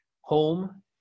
home